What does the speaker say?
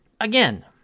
Again